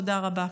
תודה רבה.